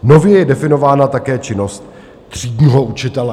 Nově je definována také činnost třídního učitele.